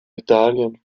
italien